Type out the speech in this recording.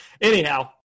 anyhow